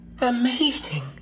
Amazing